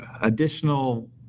additional